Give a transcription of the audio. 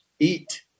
eat